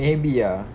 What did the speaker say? maybe ah